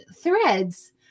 threads